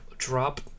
Drop